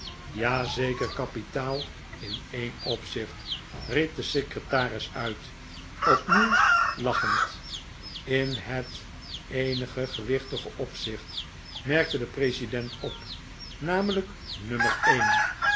zeker kapitaal in een opzicht riep de secretaris uit opnieuw lachend in het eenige gewichtige opzicht merkte de president op namelijk nummer een